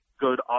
good